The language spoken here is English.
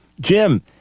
Jim